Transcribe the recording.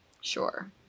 Sure